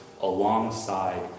alongside